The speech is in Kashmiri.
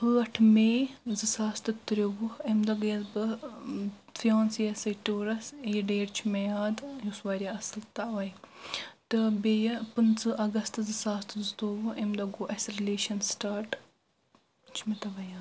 ٲٹھ مے زٕ ساس تہٕ تٕرووُہ امہِ دۄہ گٔیس بہٕ فیانسی یس سۭتۍ ٹوٗرس یہِ ڈیٹ چھُ مےٚ یاد یہِ اوس واریاہ اصل توے تہٕ بیٚیہِ پٕنٛژٕ اگست زٕ ساس تہٕ زٕتووُہ امہِ دۄہ گوٚو اسہِ رلیشن سٹاٹ چھُ مےٚ توے یاد